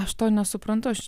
aš to nesuprantu aš